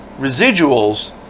residuals